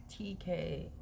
TK